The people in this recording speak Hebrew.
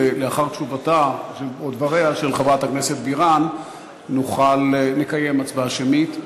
ולאחר תשובתה או דבריה של חברת הכנסת בירן נקיים הצבעה שמית.